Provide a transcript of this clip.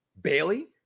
Bailey